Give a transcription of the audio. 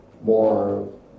more